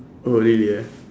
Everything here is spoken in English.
oh really ah